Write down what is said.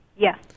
Yes